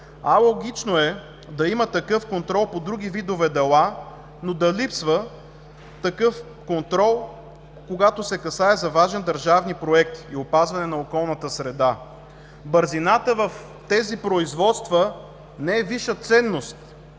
Алогично е да има такъв контрол по други видове дела, но да липсва такъв контрол, когато се касае за важни държавни проекти и опазване на околната среда. Бързината в тези производства не е висша ценност,